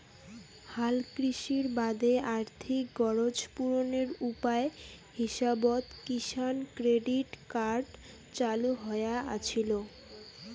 হালকৃষির বাদে আর্থিক গরোজ পূরণের উপায় হিসাবত কিষাণ ক্রেডিট কার্ড চালু হয়া আছিল